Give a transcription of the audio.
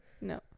No